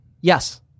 yes